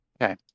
Okay